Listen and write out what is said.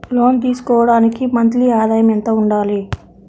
లోను తీసుకోవడానికి మంత్లీ ఆదాయము ఎంత ఉండాలి?